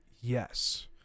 yes